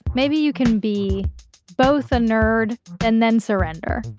maybe you can be both a nerd and then surrender,